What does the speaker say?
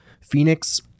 Phoenix